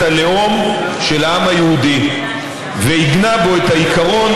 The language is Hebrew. הלאום של העם היהודי ועיגנה בו את העיקרון,